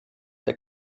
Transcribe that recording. der